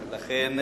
לכן,